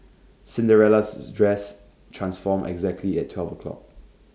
Cinderella's dress transformed exactly at twelve o'clock